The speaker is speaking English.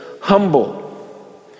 humble